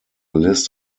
list